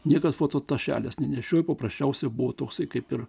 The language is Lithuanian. niekad fotošelės nenešiojau paprasčiausiai buvo toksai kaip ir